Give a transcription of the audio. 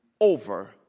over